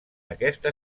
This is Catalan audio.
aquesta